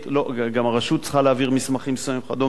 גם הרשות צריכה להעביר מסמכים מסוימים וכדומה,